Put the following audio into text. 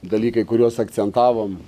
dalykai kuriuos akcentavom